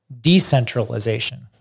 decentralization—